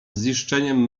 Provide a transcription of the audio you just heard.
ziszczeniem